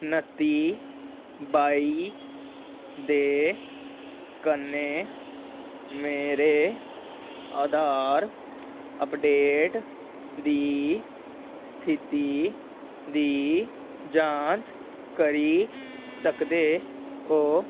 नत्ती बाई दे कन्नै मेरे आधार अपडेट दी स्थिति दी जांच करी सकदे ओ